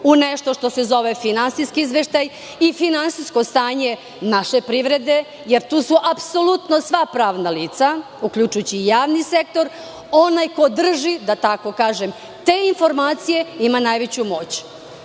u nešto što se zove finansijski izveštaj i finansijsko stanje naše privrede, jer tu su apsolutno sva pravna lica, uključujući i pravni sektor, onaj ko drži, da tako kažem te informacije ima najveću